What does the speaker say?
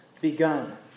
begun